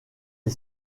est